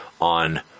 on